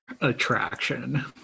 attraction